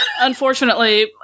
unfortunately